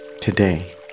Today